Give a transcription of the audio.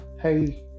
hey